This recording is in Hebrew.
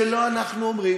את זה לא אנחנו אומרים,